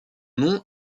nom